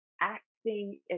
acting